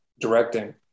directing